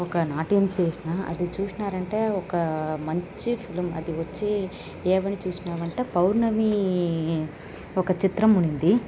ఒక నాట్యం చేసినా అది చూసినారంటే ఒక మంచి ఫిల్మ్ అది వచ్చి ఏమని చూసినారంటే పౌర్ణమి ఒక చిత్రం ఉన్నింది